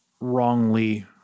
wrongly